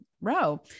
row